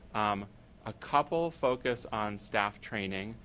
um a couple focus on staff training,